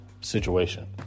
situation